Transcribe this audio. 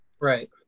Right